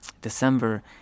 December